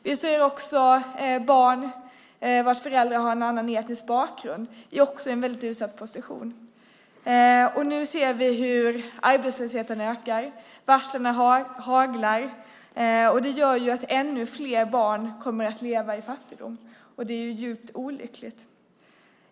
Vi ser också att barn vars föräldrar har en annan etnisk bakgrund är i en väldigt utsatt position. Och nu ser vi hur arbetslösheten ökar, hur varslen haglar. Det gör ju att ännu fler barn kommer att leva i fattigdom, och det är djupt olyckligt.